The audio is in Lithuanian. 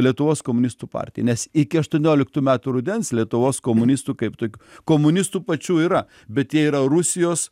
lietuvos komunistų partija nes iki aštuonioliktų metų rudens lietuvos komunistų kaip tokių komunistų pačių yra bet jie yra rusijos